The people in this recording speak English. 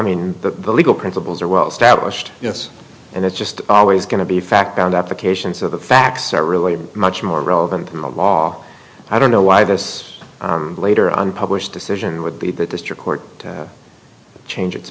mean the legal principles are well established yes and it's just always going to be fact and applications of the facts are really much more relevant the law i don't know why this later on published decision would be the district court to change its